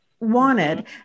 Wanted